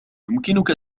يمكنك